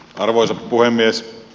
arvoisa puhemies